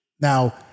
Now